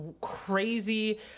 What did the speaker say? crazy